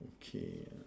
okay ah